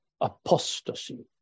apostasy